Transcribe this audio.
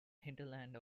hinterland